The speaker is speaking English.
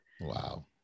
Wow